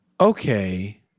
okay